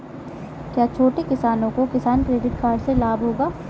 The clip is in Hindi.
क्या छोटे किसानों को किसान क्रेडिट कार्ड से लाभ होगा?